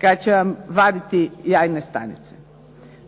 kad će vam vaditi jajne stanice.